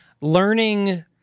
learning